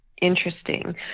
Interesting